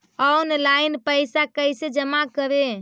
Online पैसा कैसे जमा करे?